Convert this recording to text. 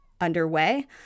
underway